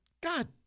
God